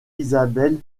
isabelle